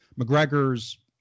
McGregor's